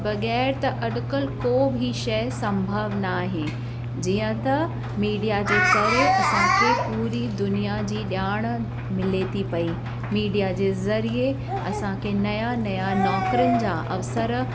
बग़ैर त अॼुकल्ह को बि शइ संभव न आहे जीअं त मीडिया जे करे असांखे पूरी दुनिया जी ॼाण मिले थी पई मीडिया जे ज़रिए असांखे नयां नयां नौकिरियुनि जा अवसर